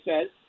says